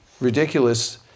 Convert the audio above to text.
ridiculous